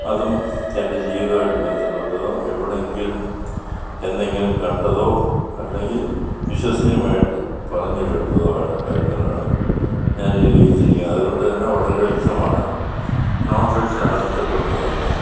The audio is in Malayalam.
അതും എൻ്റെ ജീവിതവുമായിട്ട് ബന്ധപ്പെട്ടതോ എവിടെയെങ്കിലും എന്നെങ്കിലും കണ്ടതോ അല്ലെങ്കിൽ വിശ്വസനീയമായിട്ട് പറഞ്ഞ് കേട്ടതോ ആണ് കാര്യങ്ങളാണ് ഞാൻ എഴുതി വെച്ചിരിക്കുന്നത് അതുകൊണ്ടുതന്നെ വളരെ വ്യക്തമാണ് നോൺ ഫിക്ഷൻ ആണ് ഇഷ്ടപ്പെടുന്നതെന്ന്